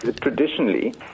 traditionally